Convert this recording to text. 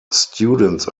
students